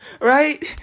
Right